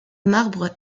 marbre